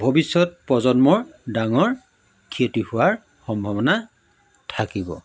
ভৱিষ্যত প্ৰজন্মৰ ডাঙৰ ক্ষতি হোৱাৰ সম্ভাৱনা থাকিব